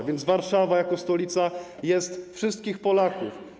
A więc Warszawa jako stolica jest wszystkich Polaków.